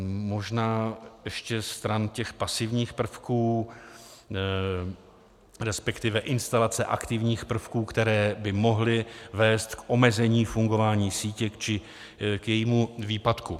Možná ještě stran těch pasivních prvků, resp. instalace aktivních prvků, které by mohly vést k omezení fungování sítě či k jejímu výpadku.